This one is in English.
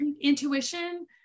intuition